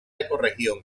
ecorregión